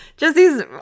Jesse's